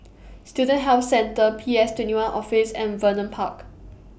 Student Health Centre P S twenty one Office and Vernon Park